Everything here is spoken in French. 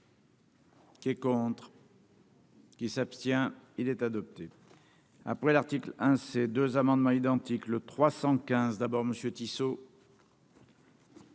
Qui est contre. Qui s'abstient, il est adopté, après l'article 1 ces deux amendements identiques, le 315 d'abord, Monsieur Tissot.